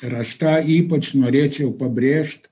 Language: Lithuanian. ir aš tą ypač norėčiau pabrėžt